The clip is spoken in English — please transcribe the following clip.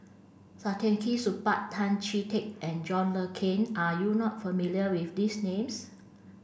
Saktiandi Supaat Tan Chee Teck and John Le Cain are you not familiar with these names